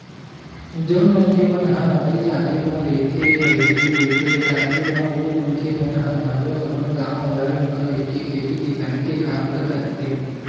जउन मनखे मन ह नौकरी चाकरी म रहिके बाहिर रहिथे आखरी म ओ मनखे मन ह घलो अपन गाँव घर म रहिके खेती किसानी के काम ल करथे